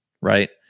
right